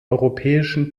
europäischen